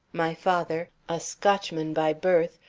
my father, a scotchman by birth,